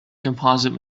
composite